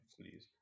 Please